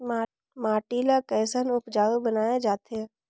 माटी ला कैसन उपजाऊ बनाय जाथे?